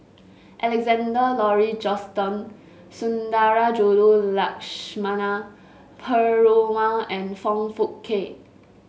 Alexander Laurie Johnston Sundarajulu Lakshmana Perumal and Foong Fook Kay